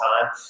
time